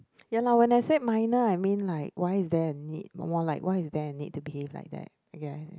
ya lah when I said minor I mean like why is there a need more like why is there a need to behave like that you get what I say